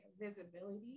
visibility